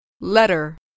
Letter